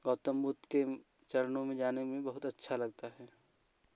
गौतम बुद्ध के चरणों में जाने में बहुत अच्छा लगता है